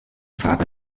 farbe